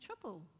trouble